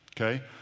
okay